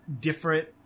different